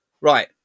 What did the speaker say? Right